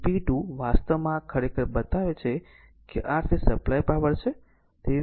તેથી p2 વાસ્તવમાં આ ખરેખર બતાવે છે કે r તે સપ્લાય પાવર છે